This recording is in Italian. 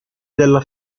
della